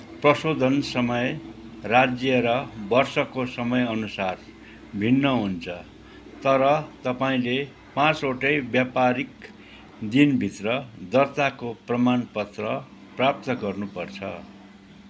प्रशोधन समय राज्य र वर्षको समयअनुसार भिन्न हुन्छ तर तपाईँले पाँचवटै व्यापारिक दिनभित्र दर्ताको प्रमाणपत्र प्राप्त गर्नुपर्छ